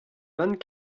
vingt